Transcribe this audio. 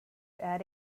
add